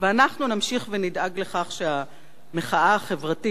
ואנחנו נמשיך ונדאג לכך שהמחאה החברתית,